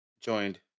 joined